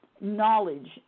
knowledge